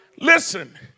Listen